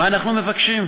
מה אנחנו מבקשים?